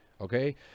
Okay